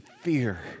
fear